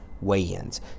weigh-ins